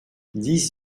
dix